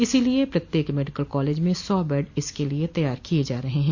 इसलिये प्रत्येक medical college में सौ बेड इसके लिये तैयार किये जा रहे हैं